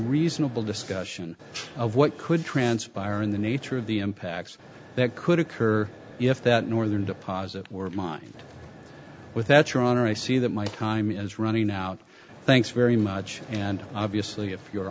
reasonable discussion of what could transpire in the nature of the impacts that could occur if that northern deposit were mine with that your honor i see that my time is running out thanks very much and obviously if you